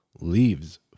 Leaves